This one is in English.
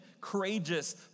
courageous